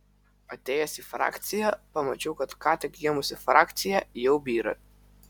atėjęs į frakciją pamačiau kad ką tik gimusi frakcija jau byra